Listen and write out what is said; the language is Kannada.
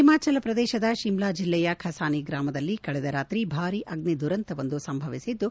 ಹಿಮಾಚಲ ಪ್ರದೇಶದ ಶಿಮ್ಲಾ ಜಿಲ್ಲೆಯ ಖಸಾನಿ ಗ್ರಾಮದಲ್ಲಿ ಕಳೆದ ರಾತ್ರಿ ಭಾರಿ ಅಗ್ನಿ ದುರಂತವೊಂದು ಸಂಭವಿಸಿದ್ದು